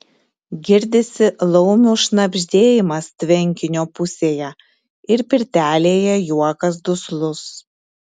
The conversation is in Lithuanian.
girdisi laumių šnabždėjimas tvenkinio pusėje ir pirtelėje juokas duslus